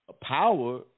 power